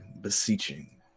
beseeching